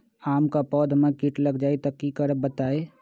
आम क पौधा म कीट लग जई त की करब बताई?